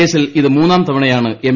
കേസിൽ ഇത് മൂന്നാം തവണയാണ് എം